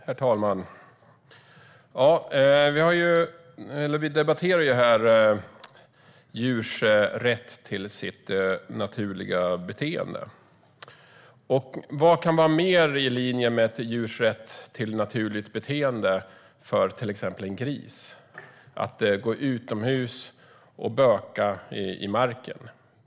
Herr talman! Vi debatterar djurs rätt till sitt naturliga beteende. Vad kan vara mer i linje med djurs rätt till naturligt beteende än att till exempel grisar får gå utomhus och böka i marken?